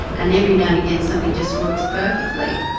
and every now and again, something just works perfectly.